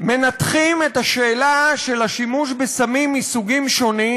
מנתחים את השאלה של השימוש בסמים מסוגים שונים